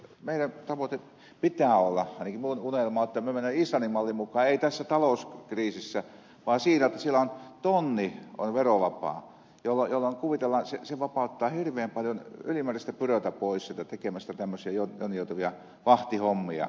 meidän tavoitteemme pitää olla ainakin minun unelmani on että mennään islannin mallin mukaan ei tässä talouskriisissä vaan siinä että siellä on tonni verovapaata jolloin kuvitellaan että se vapauttaa hirveän paljon ylimääräistä byroota pois siitä tekemästä tämmöisiä jonninjoutavia vahtihommia